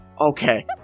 Okay